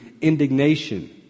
indignation